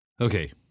Okay